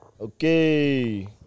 Okay